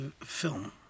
film